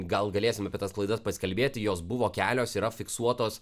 gal galėsim apie tas klaidas pasikalbėti jos buvo kelios yra fiksuotos